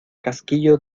casquillo